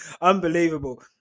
unbelievable